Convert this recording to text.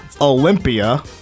Olympia